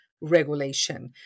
regulation